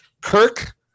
Kirk